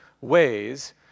Ways